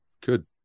Good